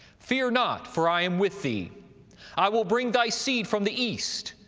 fear not for i am with thee i will bring thy seed from the east,